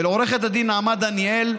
ולעו"ד נעמה דניאל,